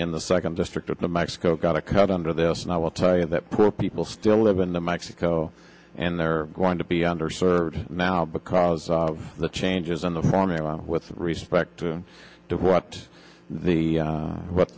in the second district of the mexico got a cut under this and i will tell you that pro people still live in the mexico and they're going to be under served now because of the changes in the formula with respect to the what the what